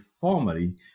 formally